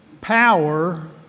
Power